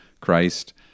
Christ